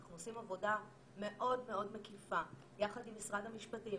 אנחנו עושים עבודה מאוד מאוד מקיפה יחד עם משרד המשפטים,